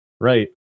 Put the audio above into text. right